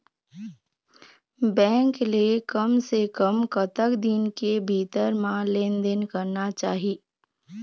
Bank ले कम से कम कतक दिन के भीतर मा लेन देन करना चाही?